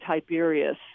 Tiberius